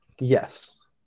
Yes